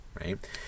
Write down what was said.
right